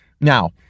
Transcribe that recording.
Now